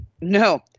No